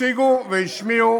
והשיגו והשמיעו